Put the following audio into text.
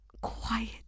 quiet